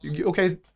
okay